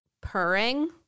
purring